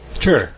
Sure